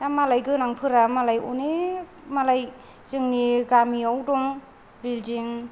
दा मालाय गोनांफोरा मालाय अनेख मालाय जोंनि गामिआव दं बिल्डिं